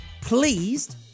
pleased